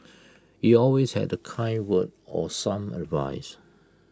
he always had A kind word or some advice